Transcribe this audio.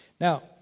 Now